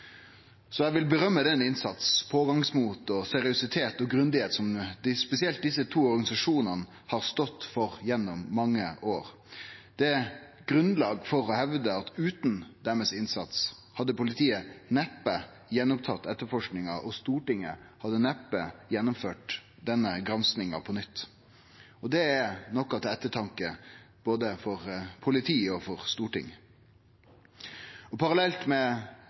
Eg vil gi ros for innsatsen, pågangsmotet, seriøsiteten og grundigheita som spesielt desse to organisasjonane har stått for gjennom mange år. Det er grunnlag for å hevde at utan innsatsen deira hadde politiet neppe tatt opp igjen etterforskinga, og Stortinget hadde neppe gjennomført denne granskinga på nytt. Det er noko til ettertanke, både for politiet og for Stortinget. Parallelt med